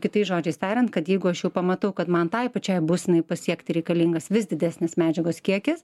kitais žodžiais tariant kad jeigu aš pamatau kad man tai pačiai būsenai pasiekti reikalingas vis didesnis medžiagos kiekis